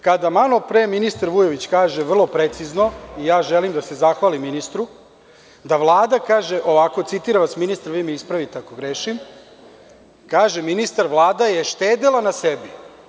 Kada malopre ministar Vujović kaže vrlo precizno, ja želim da se zahvalim ministru, da Vlada kaže, citiram vas ministre, vi me ispravite ako grešim, kaže ministar – Vlada je štedela na sebi.